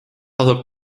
asub